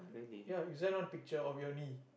ya you send one picture of your knee